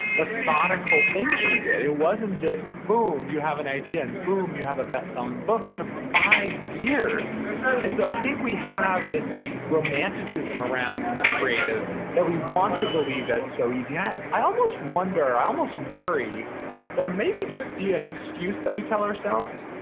methodical thing she did. it wasn't this, boom! you have an idea, and boom! you have a best-selling book. it took five years and so i think we have this romanticism around these creatives that we want to believe that it's so easy. yeah i almost wonder, i almost worry that it may be just be an excuse that we tell ourselves.